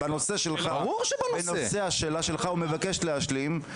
בנושא השאלה שלך הוא מבקש להשלים.